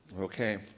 Okay